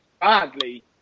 badly